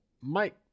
Mike